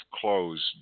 closed